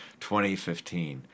2015